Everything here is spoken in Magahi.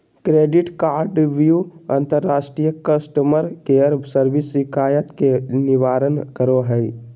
क्रेडिट कार्डव्यू अंतर्राष्ट्रीय कस्टमर केयर सर्विस शिकायत के निवारण करो हइ